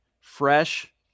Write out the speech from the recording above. Fresh